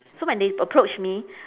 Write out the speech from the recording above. so when they approach me